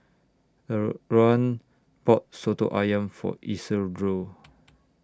Leran bought Soto Ayam For Isidro